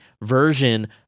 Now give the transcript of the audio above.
version